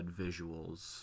visuals